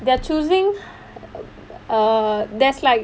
they're choosing err there's like